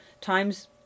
times